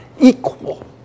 equal